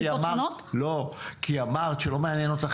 כי אמרת שלא מעניין אותך.